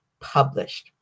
published